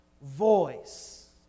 voice